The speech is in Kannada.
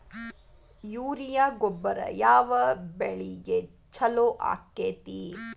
ಯೂರಿಯಾ ಗೊಬ್ಬರ ಯಾವ ಬೆಳಿಗೆ ಛಲೋ ಆಕ್ಕೆತಿ?